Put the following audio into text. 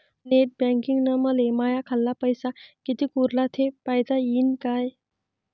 Net बँकिंगनं मले माह्या खाल्ल पैसा कितीक उरला थे पायता यीन काय?